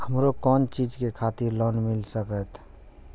हमरो कोन चीज के खातिर लोन मिल संकेत?